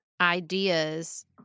ideas